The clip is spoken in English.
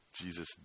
Jesus